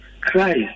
Christ